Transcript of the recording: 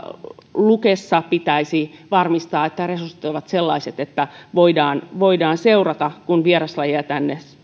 lukessa pitäisi varmistaa että resurssit ovat sellaiset että voidaan voidaan seurata kun vieraslajeja tänne